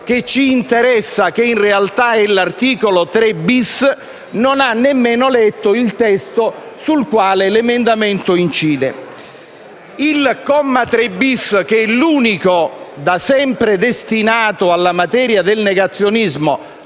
che ci interessa (che in realtà è l'articolo 3-*bis*), non ha nemmeno letto il testo su cui l'emendamento incide. L'articolo 3-*bis,* che è l'unico da sempre destinato alla materia del negazionismo